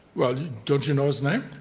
well, don't you know his name?